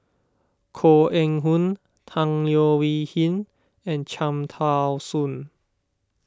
Koh Eng Hoon Tan Leo Wee Hin and Cham Tao Soon